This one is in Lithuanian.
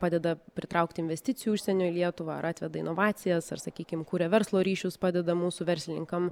padeda pritraukti investicijų užsienio į lietuvą ar atveda inovacijas ar sakykim kuria verslo ryšius padeda mūsų verslininkam